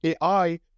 AI